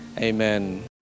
Amen